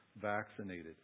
vaccinated